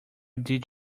did